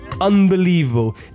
Unbelievable